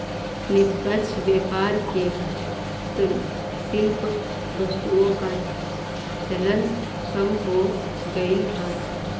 निष्पक्ष व्यापार में हस्तशिल्प वस्तुओं का चलन कम हो गईल है